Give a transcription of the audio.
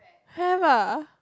have ah